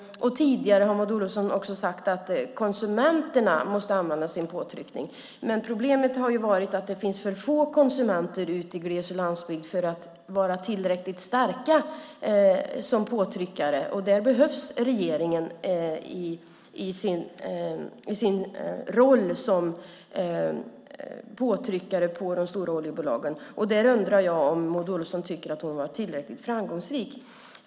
Tidigare har Maud Olofsson också sagt att konsumenterna måste använda sin möjlighet till påtryckning. Problemet har ju varit att det finns för få konsumenter ute i gles och landsbygd för att vara tillräckligt starka som påtryckare. Där behövs regeringen i sin roll som påtryckare på de stora oljebolagen. Där undrar jag om Maud Olofsson tycker att hon har varit tillräckligt framgångsrik.